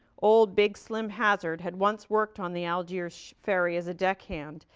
old big slim hazard had once worked on the algiers ferry as a deck hand.